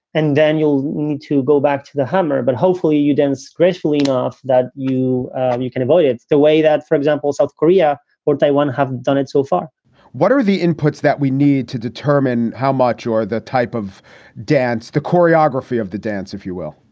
and daniel, you need to go back to the hammer, but hopefully you dance gracefully enough that you you can avoid it the way that, for example, south korea or taiwan have done it so far what are the inputs that we need to determine how mature that type of dance, the choreography of the dance, if you will?